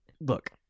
look